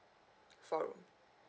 four